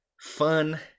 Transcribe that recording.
fun